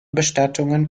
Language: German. bestattungen